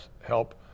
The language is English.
help